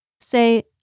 Say